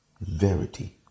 verity